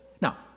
Now